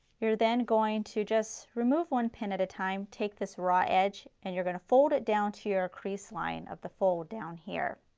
you're then going to just remove one pin at a time, take this raw edge and you're going to fold it down to your crease line of the fold down here.